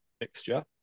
mixture